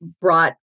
brought